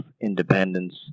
Independence